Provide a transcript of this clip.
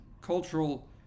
cultural